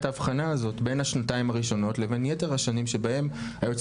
ההבחנה הזו בין השנתיים הראשונות לבין יתר השנים שבהן היועצת